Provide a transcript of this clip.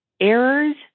Errors